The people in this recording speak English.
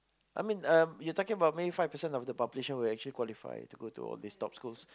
I mean um you are talking about five percent of the population would actually qualify to go all these top schools